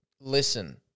listen